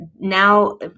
Now